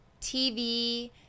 TV